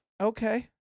Okay